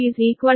027 160